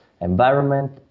environment